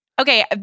Okay